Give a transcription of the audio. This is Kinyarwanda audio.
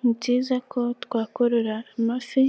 Ni byiza ko twakorora amafi